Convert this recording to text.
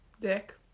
Dick